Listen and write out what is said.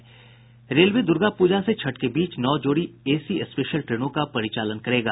railway Durga Puja से छठ के बीच नौ जोड़ी एसी स्पेशल ट्रेनों का परिचालन करेगा